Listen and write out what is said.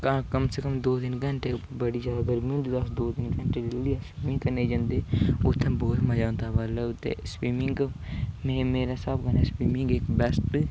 कम से कम दो तीन घैण्टै बढ़ी जैदा गर्मी होंदी कम से कम दो तीन घैण्टै स्विमिंग करने गी जन्ने उत्थै बोह्त जैदा मज़ा ओंदा ते मेरे हिसाब कन्नै स्विमिंग इक बैस्ट गेम ऐ